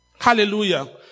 Hallelujah